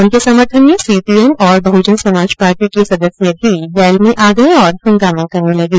उनके समर्थन में सीपीएम और बहुजन समाज पार्टी के सदस्य भी वैल में आ गए और हंगामा करने लगे